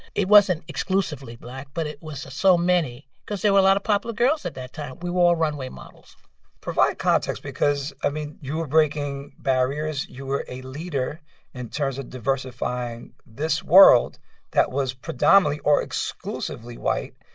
it wasn't exclusively black, but it was so many because there were a lot of popular girls at that time. we were all runway models provide context because, i mean, you were breaking barriers. you were a leader in terms of ah diversifying this world that was predominantly or exclusively white.